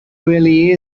really